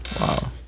Wow